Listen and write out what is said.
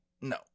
No